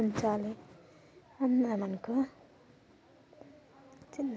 Card లో minimum balance ఎంత ఉంచాలే?